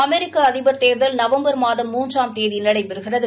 அமெரிக்க அதிபர் தேர்தல் நவம்பர் மாதம் மூன்றாம் தேதி நடைபெறுகிறது